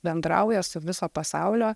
bendrauja su viso pasaulio